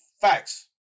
facts